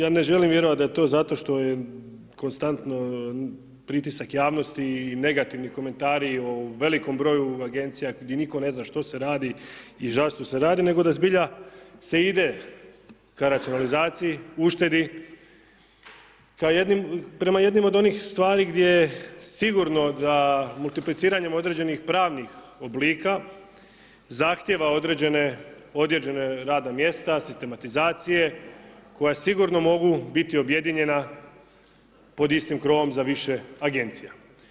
Ja ne želim vjerovati da je to zato što je konstantno pritisak javnosti i negativni komentari o velikom broju Agencija gdje nitko ne zna što se radi i zašto se radi, nego da zbilja se ide ka racionalizaciji, uštedi, prema jednim od onih stvari gdje sigurno da multipliciranjem određenih pravnih oblika zahtijeva određena radna mjesta, sistematizacije, koje sigurno mogu biti objedinjena pod istim krovom za više Agencija.